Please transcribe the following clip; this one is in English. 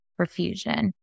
perfusion